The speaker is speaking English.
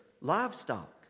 livestock